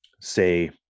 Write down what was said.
say